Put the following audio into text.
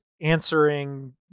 answering